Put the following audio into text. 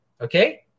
Okay